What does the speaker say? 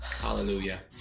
Hallelujah